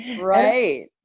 Right